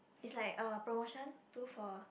it's like uh promotion two for